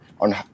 on